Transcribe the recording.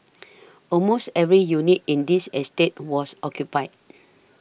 almost every unit in this estate was occupied